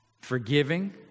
forgiving